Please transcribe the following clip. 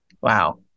Wow